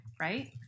Right